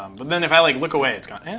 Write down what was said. um but then if i like look away, it's gone.